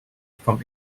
from